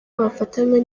bafatanywe